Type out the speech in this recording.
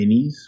minis